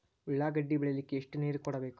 ಉಳ್ಳಾಗಡ್ಡಿ ಬೆಳಿಲಿಕ್ಕೆ ಎಷ್ಟು ನೇರ ಕೊಡಬೇಕು?